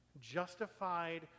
justified